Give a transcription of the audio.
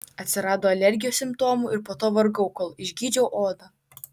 atsirado alergijos simptomų ir po to vargau kol išgydžiau odą